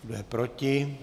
Kdo je proti?